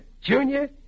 Junior